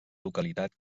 localitat